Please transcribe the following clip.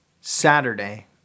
Saturday